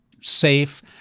Safe